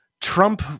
Trump